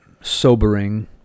sobering